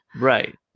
right